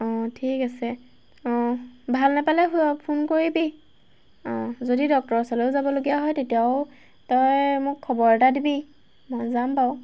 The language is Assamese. অঁ ঠিক আছে অঁ ভাল নেপালে ফোন কৰিবি অঁ যদি ডক্টৰ ওচৰলৈও যাবলগীয়া হয় তেতিয়াও তই মোক খবৰ এটা দিবি মই যাম বাৰু